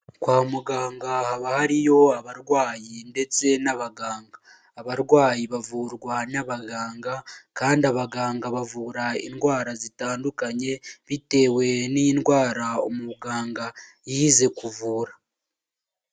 Kwa muganga haba hariyo abarwayi ndetse n'abaganga, abarwayi bavurwa n'abaganga kandi abaganga bavura indwara zitandukanye bitewe n'indwara umuganga yize kuvura.